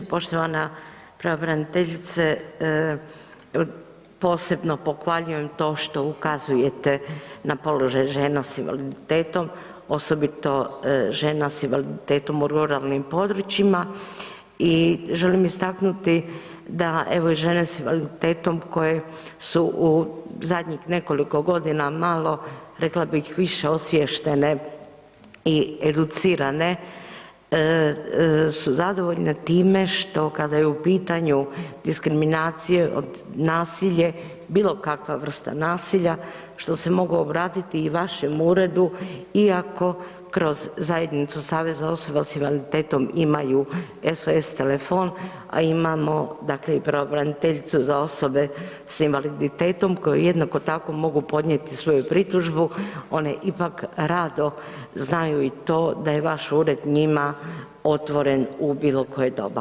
Poštovana pravobraniteljice, posebno pohvaljujem na to što ukazujete na položaj žena s invaliditetom, osobito žena s invaliditetom u ruralnim područjima i želim istaknuti da evo i žene s invaliditetom koje su u zadnjih nekoliko godina malo, rekla bih više osviještene i educirane su zadovoljne time što kada je u pitanju diskriminacije, nasilje, bilo kakva vrsta nasilja, što se mogu obratiti i vašem uredu iako kroz Zajednicu Saveza osoba s invaliditetom imaju SOS telefon, a imamo dakle i pravobraniteljicu za osobe s invaliditetom kojoj jednako tako mogu podnijeti svoju pritužbu, one ipak rado znaju i to da je vaš ured njima otvoren u bilo koje doba.